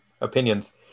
opinions